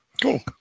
Cool